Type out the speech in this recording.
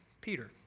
Peter